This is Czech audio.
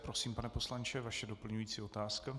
Prosím, pane poslanče, vaše doplňující otázka.